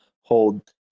hold